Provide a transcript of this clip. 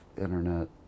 internet